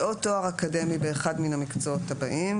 זה או תואר אקדמי באחד מן המקצועות הבאים,